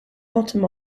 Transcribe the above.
bottom